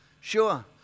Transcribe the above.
Sure